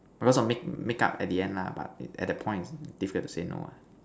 although some make make up at the end lah but at the point it's difficult to say no lah